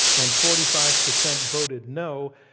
and forty five percent voted no.